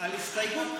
על ההסתייגות הראשונה,